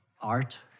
art